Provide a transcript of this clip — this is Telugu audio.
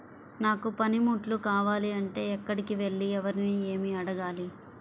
నాకు పనిముట్లు కావాలి అంటే ఎక్కడికి వెళ్లి ఎవరిని ఏమి అడగాలి?